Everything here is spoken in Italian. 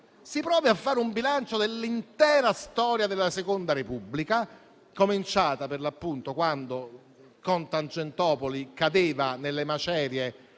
Si provi a fare un bilancio dell'intera storia della Seconda Repubblica, cominciata quando con Tangentopoli cadeva nelle macerie